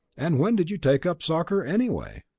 and when did you take up soccer anyway?